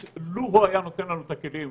לו הוא היה נותן לנו את הכלים,